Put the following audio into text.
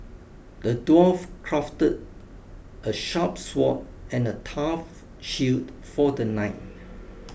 the dwarf crafted a sharp sword and a tough shield for the knight